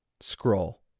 Scroll